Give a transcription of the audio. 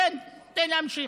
תן, תן להמשיך.